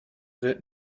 wird